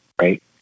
right